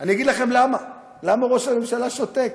אני אגיד לכם למה ראש הממשלה שותק.